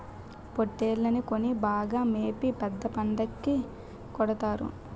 పోట్టేల్లని కొని బాగా మేపి పెద్ద పండక్కి కొడతారు